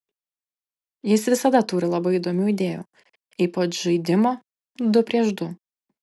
jis visada turi labai įdomių idėjų ypač žaidimo du prieš du